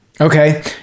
Okay